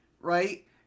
right